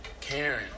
Karen